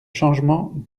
changement